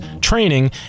training